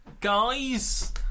guys